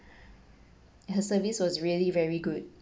her service was really very good